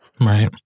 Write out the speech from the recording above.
Right